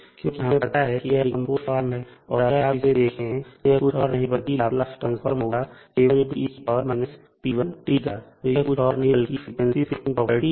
क्योंकि हमें पता है कि यह डीकंपोज फार्म है और अगर आप इसे देखें तो यह कुछ और नहीं बल्कि लाप्लास ट्रांसफॉर्म होगा का तो यह कुछ और नहीं बल्कि फ्रीक्वेंसी शिफ्टिंग प्रॉपर्टी है